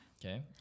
Okay